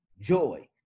joy